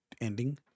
ending